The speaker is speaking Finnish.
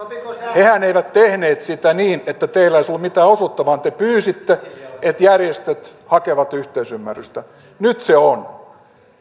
hehän eivät tehneet sitä niin että teillä ei olisi ollut mitään osuutta vaan te pyysitte että järjestöt hakevat yhteisymmärrystä nyt se on